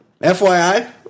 FYI